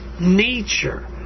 nature